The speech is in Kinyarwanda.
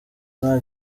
nta